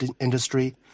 industry